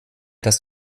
dass